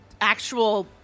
actual